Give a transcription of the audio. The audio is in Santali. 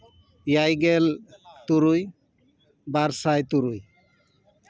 ᱮᱭᱟᱭ ᱜᱮᱞ ᱛᱩᱨᱩᱭ ᱵᱟᱨ ᱥᱟᱭ ᱛᱩᱨᱩᱭ